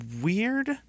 weird